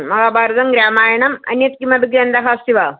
महाभारतं रामायणम् अन्यत् किमपि ग्रन्तः अस्ति वा